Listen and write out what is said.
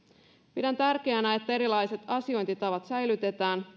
pidän tärkeänä että erilaiset asiointitavat säilytetään